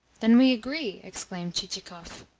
then we agree! exclaimed chichikov.